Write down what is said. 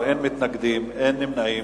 בעד, 13, אין מתנגדים, אין נמנעים.